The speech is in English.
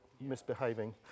misbehaving